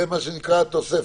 זו תוספת.